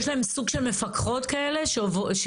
יש להם סוג של מפקחות כאלה שעוברות.